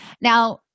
Now